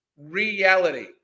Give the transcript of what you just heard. reality